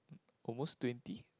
almost twenty